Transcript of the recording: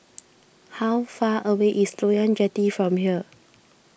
how far away is Loyang Jetty from here